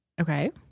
Okay